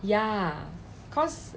ya cause